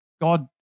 God